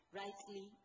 rightly